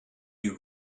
you